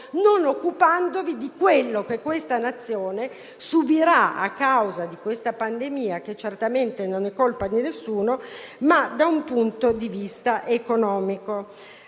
non occupandovi di ciò che questa Nazione subirà a causa della pandemia - che certamente non è colpa di nessuno - da un punto di vista economico.